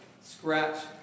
scratch